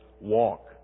walk